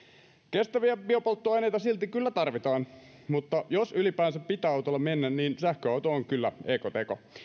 kestäviä biopolttoaineita silti kyllä tarvitaan mutta jos ylipäänsä pitää autolla mennä niin sähköauto on kyllä ekoteko